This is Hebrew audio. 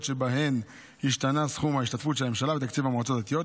שבהן השתנה סכום ההשתתפות של הממשלה בתקציב המועצה הדתית.